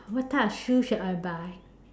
what type of shoes should I buy